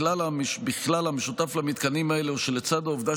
הכלל המשותף למתקנים האלה הוא שלצד העובדה